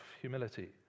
humility